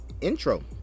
intro